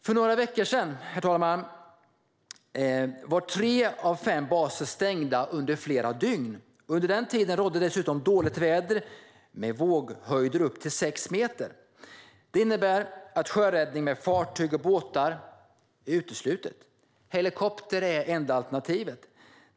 För några veckor sedan, herr talman, var tre av fem baser stängda under flera dygn. Under den tiden rådde det dessutom dåligt väder med våghöjder på upp till sex meter. Det innebär att sjöräddning med fartyg och båtar var uteslutet. Helikopter var enda alternativet.